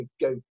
go